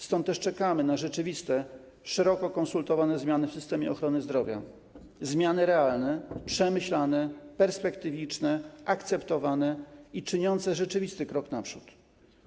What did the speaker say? Stąd też czekamy na rzeczywiste, szeroko konsultowane zmiany w systemie ochrony zdrowia, zmiany realne, przemyślane, perspektywiczne, akceptowane i czyniące rzeczywisty krok naprzód.